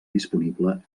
disponible